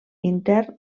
intern